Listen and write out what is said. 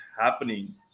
happening